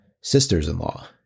sisters-in-law